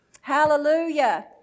Hallelujah